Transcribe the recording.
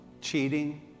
cheating